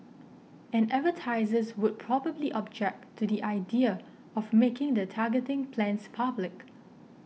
and advertisers would probably object to the idea of making their targeting plans public